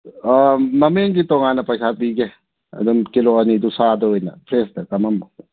ꯑꯥ ꯃꯃꯦꯡꯒꯤ ꯇꯣꯉꯥꯟꯅ ꯄꯩꯁꯥ ꯄꯤꯒꯦ ꯑꯗꯨꯝ ꯀꯤꯂꯣ ꯑꯅꯤꯗꯨ ꯁꯥꯗ ꯑꯣꯏꯅ ꯐ꯭ꯔꯦꯁꯇ ꯀꯝꯃꯝꯃꯣ